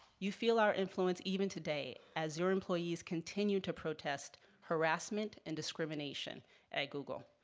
you feel our influence even today as your employees continue to protest harassment and discrimination at google,